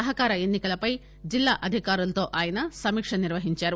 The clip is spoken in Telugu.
సహకార ఎన్ని కలపై జిల్లా అధికారులతో ఆయన సమీక నిర్వహించారు